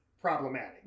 problematic